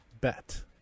bet